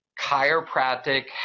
chiropractic